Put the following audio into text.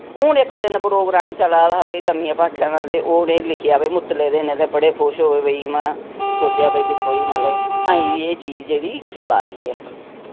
हून इक दिन प्रोग्राम चला दा हा भाई लम्मियें भाखें दा ते उन्ने लिखेया वे मुतलें दे न ते बड़े खुश होए भई सोचेया भई दिक्खो जी मतलब अजें बी एह् चीज जेह्ड़ी चला दी ऐ